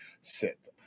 sit